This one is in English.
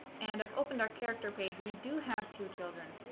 and i've opened our character page we do have two children,